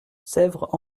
sèvres